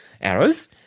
arrows